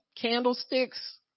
candlesticks